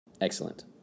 Excellent